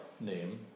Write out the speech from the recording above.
name